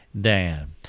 Dan